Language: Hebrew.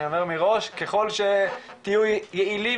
אני אומר מראש שככל שתהיו יעילים